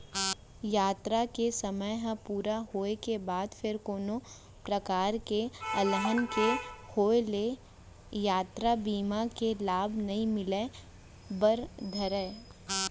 यातरा के समे ह पूरा होय के बाद फेर कोनो परकार ले अलहन के होय ले यातरा बीमा के लाभ नइ मिले बर धरय